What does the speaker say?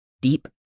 deep